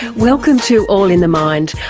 welcome to all in the mind,